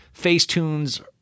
Facetunes